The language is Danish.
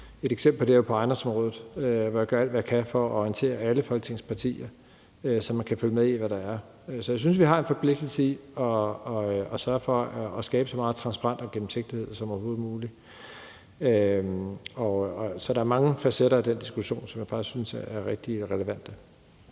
Et eksempel på det er jo på ejendomsområdet, hvor jeg gør alt, hvad jeg kan for at orientere alle Folketingets partier, så man kan følge med i, hvad der er. Så jeg synes, vi har en forpligtelse til at sørge for at skabe så meget transparens og gennemsigtighed som overhovedet muligt. Så der er mange facetter af den diskussion, som jeg faktisk synes er rigtig relevante.